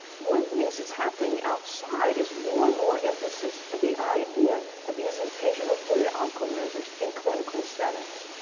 one of the things that's happening outside is more and more emphasis of the idea of using patient-reported outcome measures in clinical settings.